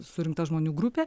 surinkta žmonių grupė